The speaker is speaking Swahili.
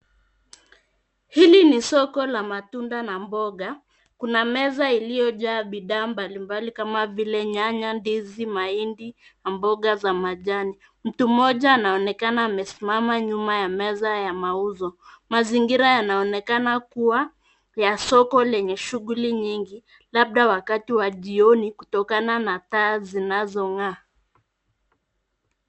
Hili ni soko la matunda na mboga. Kuna meza iliyojaa bidaa mbalimbali kama vile nyanya, ndizi, mahindi na mboga za majani. Mtu mmoja anaonekana amesimama nyuma ya meza ya mauzo. Mazingira yanaonekana kuwa ya soko lenye shughuli nyingi labda wakati wa jioni kutokana na taa zinazong'aa.